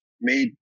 made